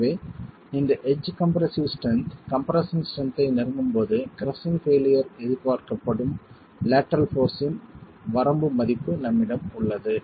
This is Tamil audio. எனவே இந்த edge compressive strength compression strength ஐ நெருங்கும் போது கிரஸ்ஸிங் பெயிலியர் எதிர்பார்க்கப்படும் லேட்டரல் போர்ஸ் இன் வரம்பு மதிப்பு நம்மிடம் உள்ளது